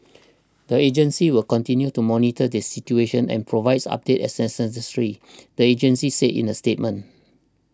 the agency will continue to monitor the situation and provide updates as necessary the agency said in a statement